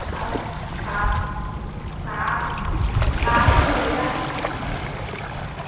আৰু shirt shirt ছাৰ্টটো নীলা